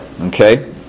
Okay